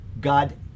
god